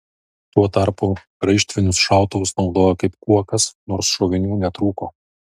tuo tarpu graižtvinius šautuvus naudojo kaip kuokas nors šovinių netrūko